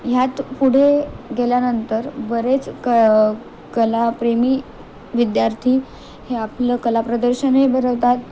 ह्यात पुढे गेल्यानंतर बरेच क कलाप्रेमी विद्यार्थी हे आपलं कला प्रदर्शनही भरवतात